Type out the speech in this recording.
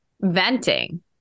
venting